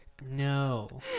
No